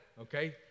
okay